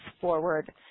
forward